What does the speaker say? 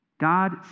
God